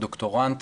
דוקטורנט